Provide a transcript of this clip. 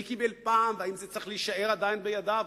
מי קיבל פעם והאם זה צריך להישאר עדיין בידיו,